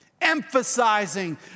emphasizing